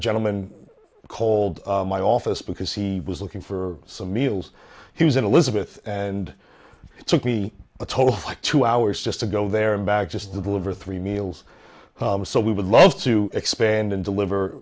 gentleman called my office because he was looking for some meals he was in elizabeth and took me a total of two hours just to go there and back to the river three meals so we would love to expand and deliver